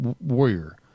warrior